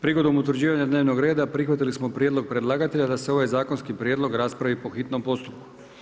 Prigodom utvrđivanja dnevnog reda prihvatili smo prijedlog predlagatelja da se ovaj zakonski prijedlog raspravi po hitnom postupku.